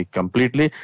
Completely